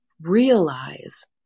Realize